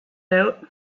note